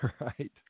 right